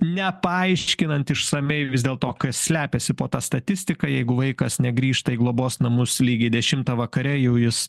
nepaaiškinant išsamiai vis dėlto kas slepiasi po ta statistika jeigu vaikas negrįžta į globos namus lygiai dešimtą vakare jau jis